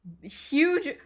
huge